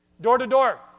Door-to-door